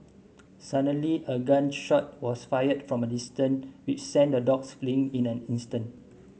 suddenly a gun shot was fired from a distance which sent the dogs fleeing in an instant